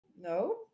no